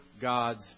God's